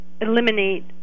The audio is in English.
eliminate